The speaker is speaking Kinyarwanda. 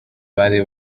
bari